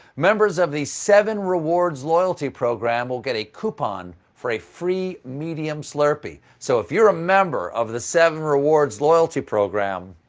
members of the seven rewards loyalty program will get a coupon for a free medium slurpee. so if you're a member of the seven rewards loyalty program.